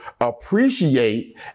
appreciate